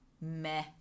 meh